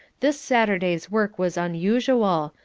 this saturday's work was unusual,